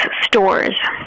stores